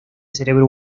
cerebro